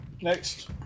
Next